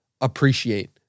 appreciate